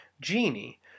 genie